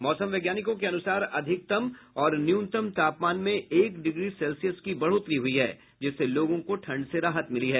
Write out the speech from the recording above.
मौसम वैज्ञानिकों के अनुसार अधिकतम और न्यूनतम तापमान में एक डिग्री सेल्सियस की बढ़ोतरी हुई है जिससे लोगों को ठंड से राहत मिली है